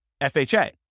FHA